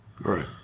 Right